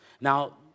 Now